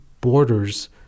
borders